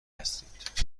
هستید